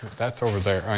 that's over there, i